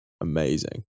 amazing